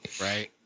right